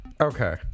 Okay